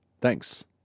Thanks